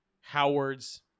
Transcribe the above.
Howard's